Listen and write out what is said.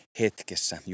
hetkessä